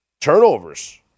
Turnovers